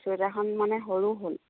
চুৱেটাৰখন মানে সৰু হ'ল